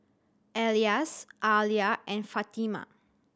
Elyas Alya and Fatimah